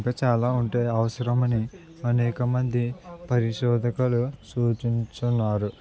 ఇంకా చాలా ఉంటే అవసరమని అనేకమంది పరిశోధకులు సూచించుచున్నారు